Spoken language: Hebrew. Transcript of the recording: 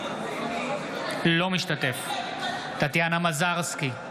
אינו משתתף בהצבעה טטיאנה מזרסקי,